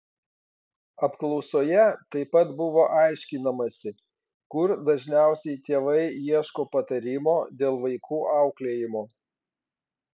apklausoje taip pat buvo aiškinamasi kur dažniausiai tėvai ieško patarimo dėl vaikų auklėjimo